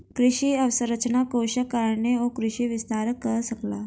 कृषि अवसंरचना कोषक कारणेँ ओ कृषि विस्तार कअ सकला